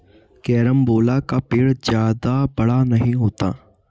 carambola का पेड़ जादा बड़ा नहीं होता